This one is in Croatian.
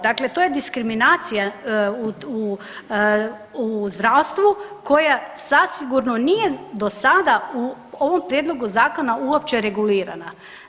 Dakle, to je diskriminacija u zdravstvu koja zasigurno nije do sada u ovom prijedlogu zakona uopće regulirana.